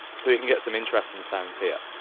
so you can get some interesting sounds here.